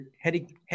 heading